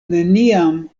neniam